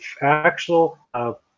actual